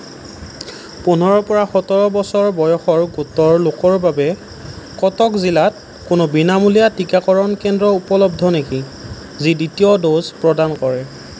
পোন্ধৰৰ পৰা সোতৰ বছৰ বয়সৰ গোটৰ লোকৰ বাবে কটক জিলাত কোনো বিনামূলীয়া টীকাকৰণ কেন্দ্ৰ উপলব্ধ নেকি যি দ্বিতীয় ড'জ প্ৰদান কৰে